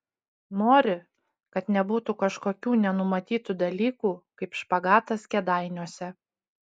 nori kad nebūtų kažkokių nenumatytų dalykų kaip špagatas kėdainiuose